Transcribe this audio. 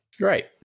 right